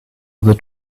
other